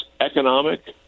economic